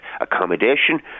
accommodation